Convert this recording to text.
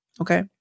Okay